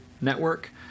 network